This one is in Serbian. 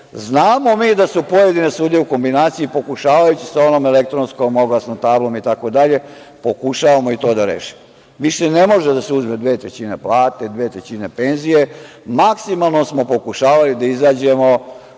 itd. Znamo mi da su pojedine sudije u kombinaciji pokušavajući sa onom elektronskom oglasnom tablom itd. Pokušavamo i to da rešimo. Više ne može da se uzme dve trećine plate, dve trećine penzije. Maksimalno smo pokušavali da izađemo